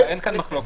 אין כאן מחלוקת.